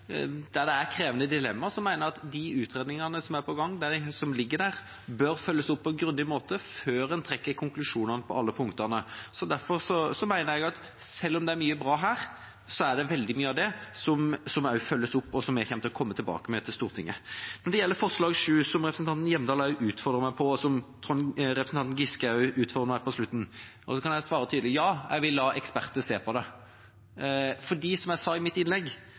der det er krevende dilemmaer, er derfor at jeg mener at de utredningene som er på gang, og det som ligger der, bør følges opp på en grundig måte før en trekker konklusjonene på alle punktene. Derfor mener jeg at selv om det er mye bra her, er det veldig mye av det som også følges opp, og som jeg kommer til å komme tilbake til Stortinget med. Når det gjelder forslag nr. 7, som representanten Hjemdal utfordret meg på, og som også representanten Giske på slutten utfordret meg på, kan jeg svare tydelig: Ja, jeg vil la eksperter se på det. Som jeg sa i mitt innlegg: